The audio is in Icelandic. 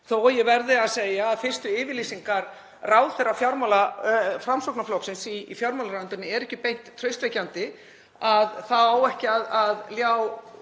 að ég verði að segja að fyrstu yfirlýsingar ráðherra Framsóknarflokksins í fjármálaráðuneytinu er ekki beint traustvekjandi. Það á ekki að ljá